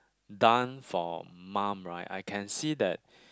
done for mum right I can see that